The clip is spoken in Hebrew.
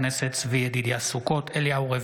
ברשות יושב-ראש הכנסת, אני מתכבד